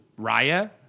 Raya